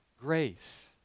grace